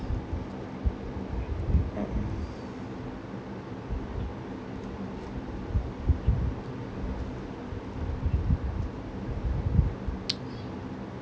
uh